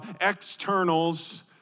externals